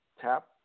tap